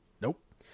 nope